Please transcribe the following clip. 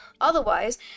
Otherwise